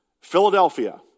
Philadelphia